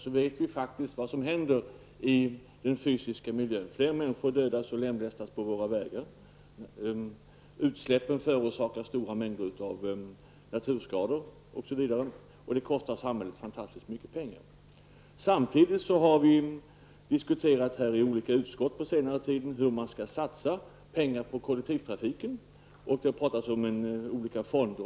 Vi vet faktiskt vad som då händer i den fysiska miljön. Fler människor dödas och lemlästas på våra vägar, utsläppen förorsakar stora naturskador, osv., och detta kostar samhället mycket stora pengar. Samtidigt har vi i olika utskott under senare tid diskuterat hur man skall satsa pengar på kollektivtrafiken. Det har bl.a. talats om olika fonder.